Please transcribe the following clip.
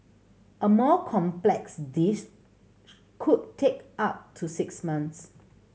a more complex dish could take up to six months